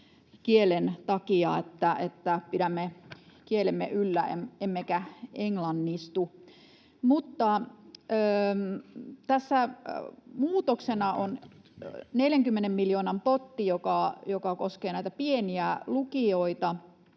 kielen takia, että pidämme kieltämme yllä emmekä englannistu. Tässä on muutoksena 40 miljoonan potti, joka koskee näitä pieniä lukioita